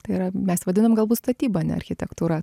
tai yra mes vadinam galbūt statyba ne architektūra